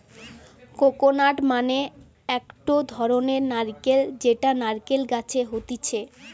coconut মানে একটো ধরণের নারকেল যেটা নারকেল গাছে হতিছে